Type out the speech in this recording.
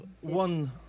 one